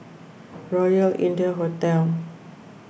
Royal India Hotel